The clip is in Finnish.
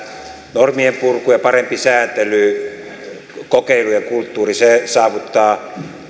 normien purku ja parempi sääntely kokeilujen kulttuuri saavuttaa